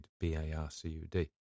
B-A-R-C-U-D